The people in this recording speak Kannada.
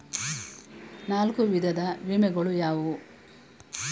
ನಾಲ್ಕು ವಿಧದ ವಿಮೆಗಳು ಯಾವುವು?